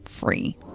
free